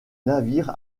navire